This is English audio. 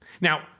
Now